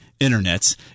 internets